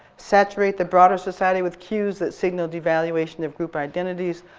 saturate the broader society with cues that signal devaluation of group identity,